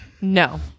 No